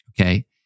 okay